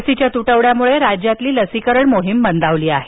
लसींच्या तुटवड्यामुळे राज्यातली लसीकरण मोहीम मंदावली आहे